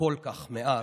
כל כך מעט,